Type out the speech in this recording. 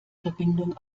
verbindung